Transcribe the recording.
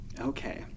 Okay